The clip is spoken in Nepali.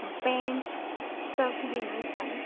प्यान्ट सब लिनु छ